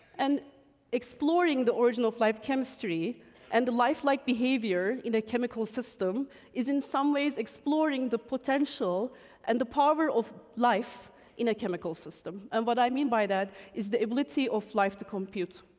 and exploring the origin of life chemistry and the life-like behavior in the chemical system is in some ways exploring the potential and the power of life in a chemical system, and what but i mean by that is the ability of life to compute,